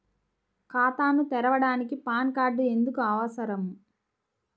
ఖాతాను తెరవడానికి PAN card ఎందుకు అవసరము?